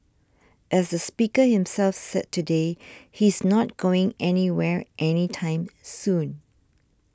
as the speaker himself said today he's not going anywhere any time soon